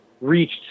reached